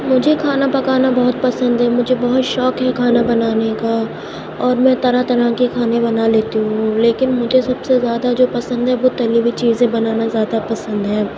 مجھے کھانا پکانا بہت پسند ہے مجھے بہت شوق ہے کھانا بنانے کا اور میں طرح طرح کے کھانے بنا لیتی ہوں لیکن مجھے سب سے زیادہ جو پسند ہے وہ تلی ہوئی چیزیں بنانا زیادہ پسند ہے